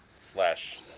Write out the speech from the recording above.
Slash